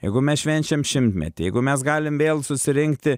jeigu mes švenčiam šimtmetį jeigu mes galim vėl susirinkti